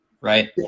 right